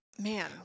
man